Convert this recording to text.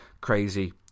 crazy